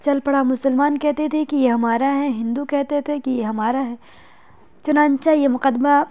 چل پڑا مسلمان کہتے تھے کہ یہ ہمارا ہے ہندو کہتے تھے کہ یہ ہمارا ہے چنانچہ یہ مقدمہ